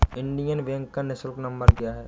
Indian bank का निःशुल्क number क्या है?